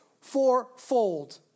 fourfold